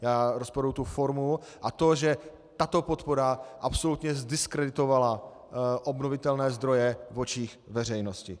Já rozporuji formu a to, že tato podpora absolutně zdiskreditovala obnovitelné zdroje v očích veřejnosti.